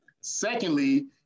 Secondly